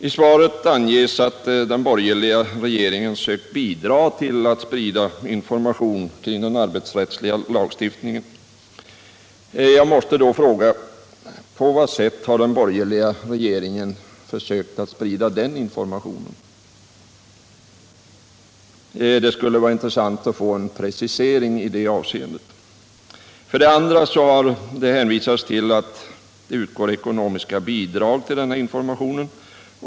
I svaret anges att den borgerliga regeringen sökt bidra till att sprida information kring den arbetsrättsliga lagstiftningen. Jag måste då fråga: På vad sätt har den borgerliga regeringen försökt sprida den informationen? Det skulle vara intressant att få en precisering i det avseendet. Det har också hänvisats till att det utgår ekonomiska bidrag till denna information.